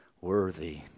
worthy